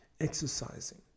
exercising